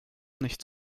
nicht